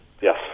yes